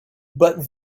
but